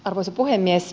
arvoisa puhemies